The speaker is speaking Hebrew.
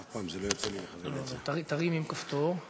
אדוני היושב-ראש, מכובדי